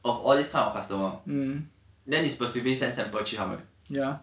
of all this kind of customer then 你 specifically send sample 去他们